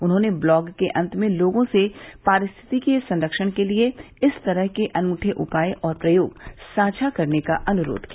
उन्होंने ब्लॉग के अंत में लोगों से पारिस्थितिकी के संरक्षण के लिए इस तरह के अनूठे उपाय और प्रयोग साझा करने का अनुरोध किया